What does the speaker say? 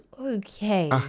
okay